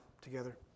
together